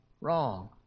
wrong